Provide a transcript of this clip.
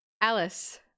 Alice